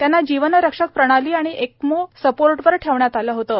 त्यांना जीवनरक्षक प्रणाली आणि एक्मो सपोर्टवर ठेवलं होतं